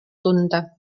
tunda